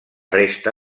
resta